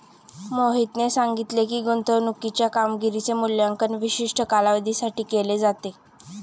मोहितने सांगितले की, गुंतवणूकीच्या कामगिरीचे मूल्यांकन विशिष्ट कालावधीसाठी केले जाते